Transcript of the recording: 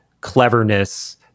cleverness